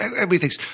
everything's